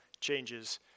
changes